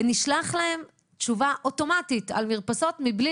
ונשלחה להם תשובה אוטומטית על מרפסות מבלי